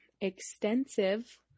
Extensive